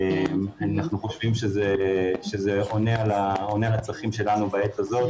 אנחנו חושבים שזה עונה על הצרכים שלנו בעת הזאת,